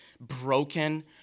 broken